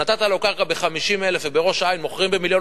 נתת לו קרקע ב-50,000 ובראש-העין מוכרים במיליון,